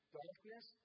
darkness